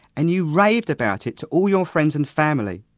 and you raved about it to all your friends and family.